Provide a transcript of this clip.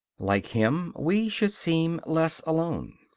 like him, we should seem less alone.